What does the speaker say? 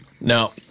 No